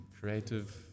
creative